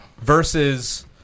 versus